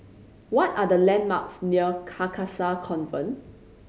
what are the landmarks near Carcasa Convent